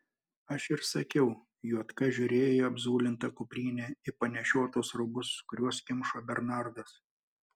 aš ir sakiau juodka žiūrėjo į apzulintą kuprinę į panešiotus rūbus kuriuos kimšo bernardas